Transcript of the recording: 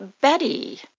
Betty